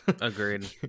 agreed